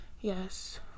yes